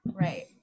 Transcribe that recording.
right